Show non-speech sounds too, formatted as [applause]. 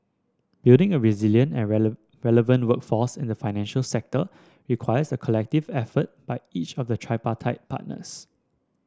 building a resilient and [unintelligible] relevant workforce in the financial sector requires a collective effort by each of the tripartite partners